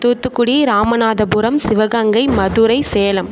Thoothukudi Ramanathapuram Sivaganga Madurai Salem